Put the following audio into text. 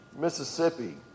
Mississippi